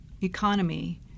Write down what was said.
economy